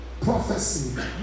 prophecy